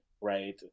right